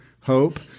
hope